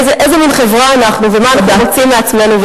איזה מין חברה אנחנו ומה אנחנו רוצים מעצמנו,